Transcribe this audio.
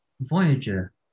Voyager